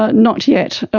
ah not yet.